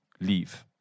leave